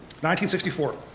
1964